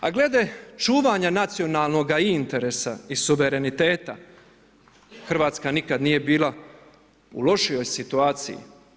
A glede čuvanja nacionalnoga interesa i suvereniteta, Hrvatska nikad nije bila u lošijoj situaciji.